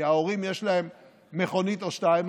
כי להורים יש מכונית או שתיים.